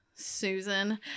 Susan